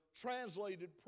translated